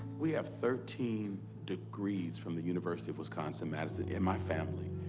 we have thirteen degrees from the university of wisconsin-madison in my family.